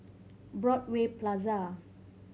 Broadway Plaza